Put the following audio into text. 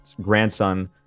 grandson